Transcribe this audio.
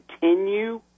continue